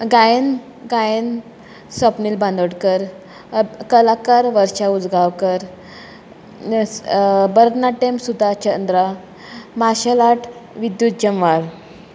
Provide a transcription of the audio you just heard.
गायन गायन स्वप्नील बांदोडकार कलाकार वर्षा उजगांवकर भरतनाट्यम सुद्दां चंद्रा माशल आर्ट विद्दूत जवार